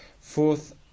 Fourth